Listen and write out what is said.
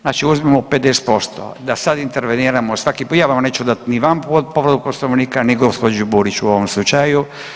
Znači uzmimo 50%, da sad interveniramo s takvim prijavama neću dati ni vama povredu Poslovnika, ni gospođi Burić u ovom slučaju.